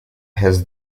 has